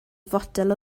fotel